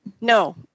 No